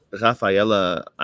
Rafaela